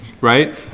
right